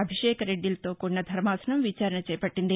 అభిషేక్రెడ్డి లతో కూడిన ధర్శాసనం విచారణ చేపట్లింది